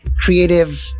creative